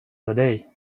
today